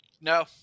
no